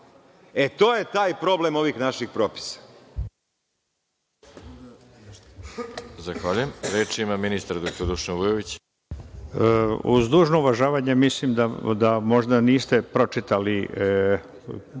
E, to je taj problem ovih naših propisa.